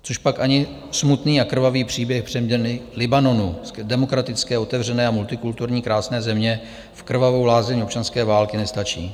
Cožpak ani smutný a krvavý příběh přeměny Libanonu, demokratické, otevřené a multikulturní krásné země, v krvavou lázeň občanské války nestačí?